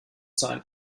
sein